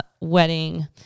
wedding